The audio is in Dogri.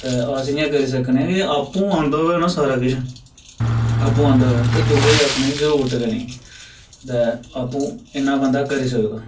ते अस इ'यां करी सकने आ कि आपूं आंदा होऐ ना सारा किश आपूं आंदा होऐ ते दुए गी आखने दी जरूरत गै नी ते आपूं इन्ना बंदा करी सकदा